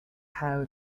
how